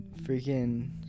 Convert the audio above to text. freaking